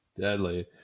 deadly